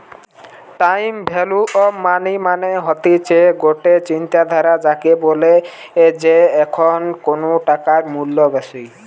time value of money মানে হতিছে গটে চিন্তাধারা যাকে বলে যে এখন কুনু টাকার মূল্য বেশি